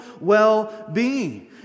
well-being